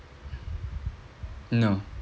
no